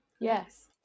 yes